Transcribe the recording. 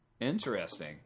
Interesting